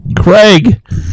Craig